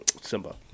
Simba